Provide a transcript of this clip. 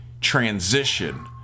transition